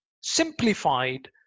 simplified